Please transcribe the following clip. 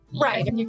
Right